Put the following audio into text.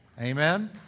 Amen